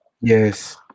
yes